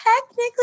technically